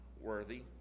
worthy